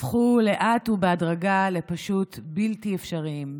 הפכו לאט ובהדרגה פשוט לבלתי אפשריים,